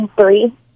three